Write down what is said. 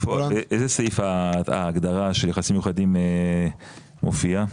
באיזה סעיף ההגדרה שיחסים מיוחדים מופיעה?